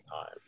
time